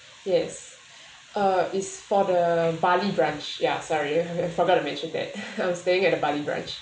yes uh is for the bali branch ya sorry I forgot to mention that I'm staying at the bali branch